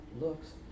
looks